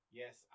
yes